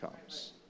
comes